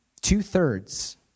Two-thirds